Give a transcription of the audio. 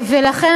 ולכן,